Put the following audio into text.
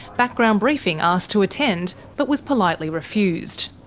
background briefing asked to attend, but was politely refused.